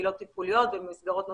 בקהילות טיפוליות ובמסגרות נוספות,